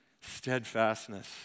steadfastness